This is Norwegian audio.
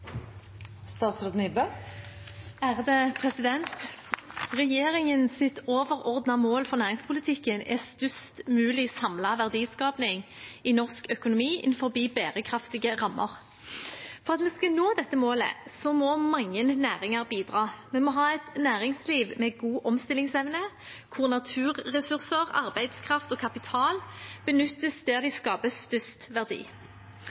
bærekraftige rammer. For at vi skal nå dette målet, må mange næringer bidra. Vi må ha et næringsliv med god omstillingsevne, der naturressurser, arbeidskraft og kapital benyttes der de skaper størst verdi.